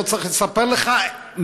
לא צריך לספר לך,